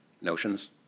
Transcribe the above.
notions